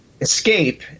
escape